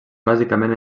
bàsicament